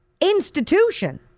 institution